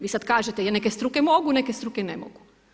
Vi sada kažete, je neke struke mogu, a neke struke ne mogu.